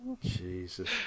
Jesus